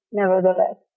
nevertheless